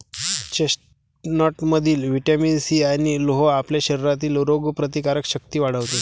चेस्टनटमधील vitamin C आणि लोह आपल्या शरीरातील रोगप्रतिकारक शक्ती वाढवते